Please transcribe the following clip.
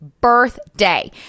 birthday